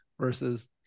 versus